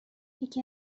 یکی